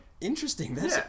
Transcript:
Interesting